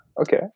Okay